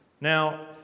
Now